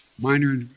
minor